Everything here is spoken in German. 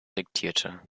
diktierte